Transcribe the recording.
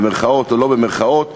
במירכאות או לא במירכאות,